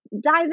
dive